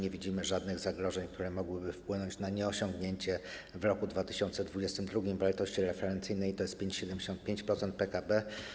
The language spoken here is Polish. Nie widzimy żadnych zagrożeń, które mogłyby wpłynąć na nieosiągnięcie w roku 2022 wartości referencyjnej, tj. 5,75% PKB.